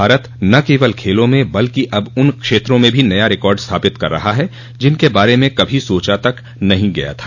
भारत न केवल खेलों में बल्कि अब उन क्षेत्रों में भी नया रिकार्ड स्थापित कर रहा ह जिनके बारे में कभी सोचा तक नहीं गया था